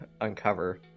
uncover